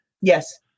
Yes